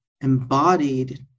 embodied